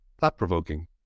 thought-provoking